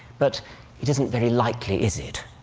but it isn't very likely, is it?